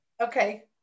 Okay